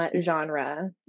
genre